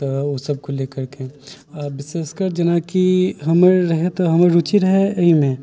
तऽ ओसभके लेकरके आ विशेषकर जेनाकि हमरा रहै तऽ रुचि रहै एहिमे